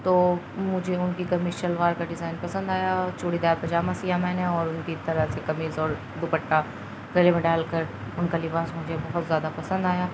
تو مجھے ان کی کمیص شلوار کا ڈیزائن پسند آیا چوڑی دار پجامہ سیا میں نے اور ان کی طرح سے قمیض اور دوپٹہ گلے میں ڈال کر ان کا لباس مجھے بہت زیادہ پسند آیا